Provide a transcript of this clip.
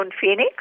Phoenix